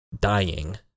dying